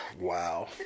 wow